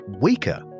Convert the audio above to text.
weaker